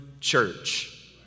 church